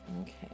okay